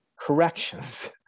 corrections